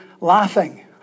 laughing